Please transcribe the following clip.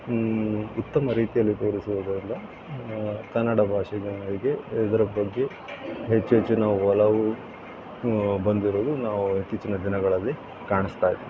ಉತ್ತಮ ರೀತಿಯಲ್ಲಿ ತೋರಿಸುವುದರಿಂದ ಕನ್ನಡ ಭಾಷೆ ಜನರಿಗೆ ಇದರ ಬಗ್ಗೆ ಹೆಚ್ಚೆಚ್ಚಿನ ಒಲವು ಬಂದಿರೋದು ನಾವು ಇತ್ತೀಚಿನ ದಿನಗಳಲ್ಲಿ ಕಾಣಿಸ್ತಾ ಇದೆ